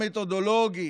המתודולוגי,